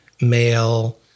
male